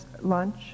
lunch